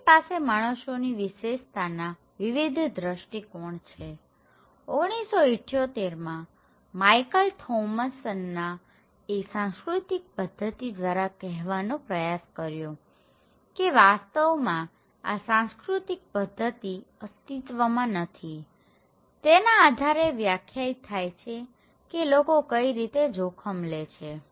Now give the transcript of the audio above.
આપણી પાસે માણસોની વિશેષતાના વિવિધ દ્રષ્ટિકોણ છે1978માં માઈકલ થોમસન એ સાંસ્કૃતિક પદ્ધતિ દ્વારા કહેવાનો પ્રયાસ કર્યો હતો કે વાસ્તવમાં આ સાંસ્કૃતિક પદ્ધતિ અસ્તિત્વમાં નથીતેના આધારે વ્યાખ્યાયીત થાય છે કે લોકો કઈ રીતે જોખમ લે છે